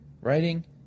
writing